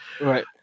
Right